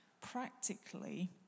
practically